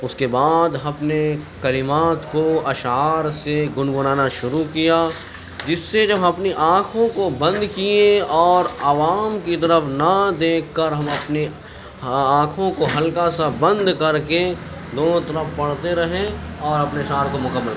اُس کے بعد اپنے کلمات کو اشعار سے گُنگنانا شروع کیا جس سے جب ہم اپنی آنکھوں کو بند کیے اور عوام کی طرف نہ دیکھ کر ہم اپنی آنکھوں کو ہلکا سا بند کر کے دونوں طرف پڑھتے رہے اور اپنے اشعار کو مکمل